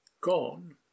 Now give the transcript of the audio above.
gone